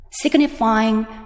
signifying